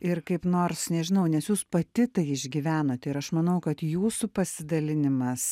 ir kaip nors nežinau nes jūs pati tai išgyvenote ir aš manau kad jūsų pasidalinimas